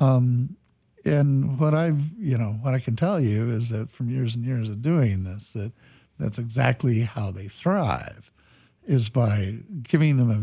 and what i've you know what i can tell you is that from years and years of doing this that that's exactly how they thrive is by giving them a